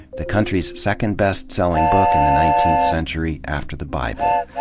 the country's second-best-selling book in the nineteenth century after the bib um